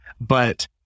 But-